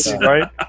right